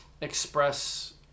express